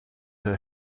her